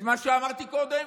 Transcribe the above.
את מה שאמרתי קודם?